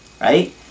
right